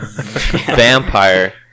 Vampire